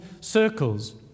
circles